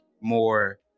more